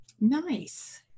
Nice